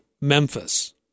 Memphis